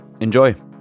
Enjoy